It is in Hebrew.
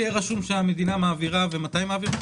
מתי היא מעבירה?